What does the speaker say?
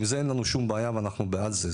עם זה אין לנו שום בעיה ואנחנו בעד זה,